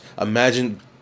imagine